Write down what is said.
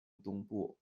东部